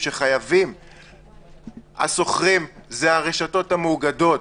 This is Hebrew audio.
ששם הסיכון גבוה יותר.